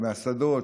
מהשדות,